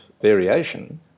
variation